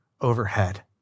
overhead